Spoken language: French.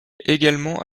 également